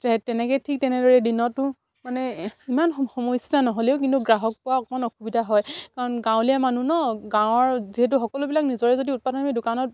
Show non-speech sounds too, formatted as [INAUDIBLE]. তেনেকে ঠিক তেনেদৰে দিনতো মানে ইমান সম সমস্যা নহ'লেও কিন্তু গ্ৰাহক পোৱা অকণমান অসুবিধা হয় কাৰণ গাঁৱলীয়া মানুহ ন গাঁৱৰ যিহেতু সকলোবিলাক নিজৰে যদি [UNINTELLIGIBLE] দোকানত